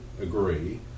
agree